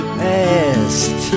past